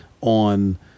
on